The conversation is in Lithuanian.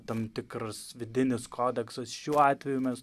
tam tikras vidinis kodeksas šiuo atveju mes